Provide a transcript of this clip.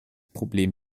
problem